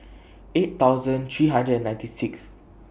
eight thousand three hundred and ninety six